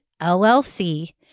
LLC